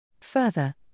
Further